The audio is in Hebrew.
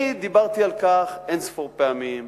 אני דיברתי על כך אין-ספור פעמים,